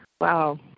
Wow